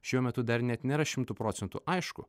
šiuo metu dar net nėra šimtu procentų aišku